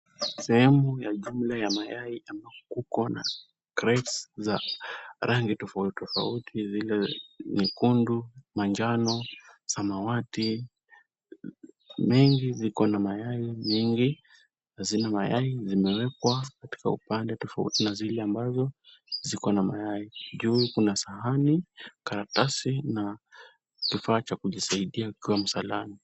Sehemu ya jumla ya mayai ambako kuko na crates za rangi tofauti tofauti zile nyekundu, manjano, samawati. Mengi ziko na mayai, mingi hazina mayai zimewekwa katika upande tofauti na zile ambazo ziko na mayai. Juu kuna sahani, karatasi na kifaa cha kujisaidia ukiwa msalani.